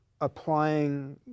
applying